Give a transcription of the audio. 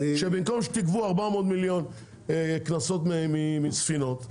שבמקום שתגבו 400 מיליון קנסות מספינות,